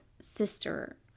sister